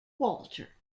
walter